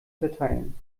verteilen